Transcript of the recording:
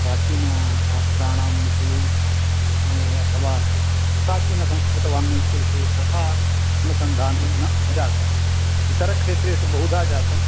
प्राचीनशास्त्राणां विषये अथवा प्राचीनसंस्कृतवाङ्मयस्य विषये तथा अनुसन्धानं न न जातम् इतरक्षेत्रेषु बहुधा जातं